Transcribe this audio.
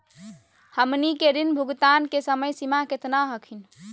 हमनी के ऋण भुगतान के समय सीमा केतना हखिन?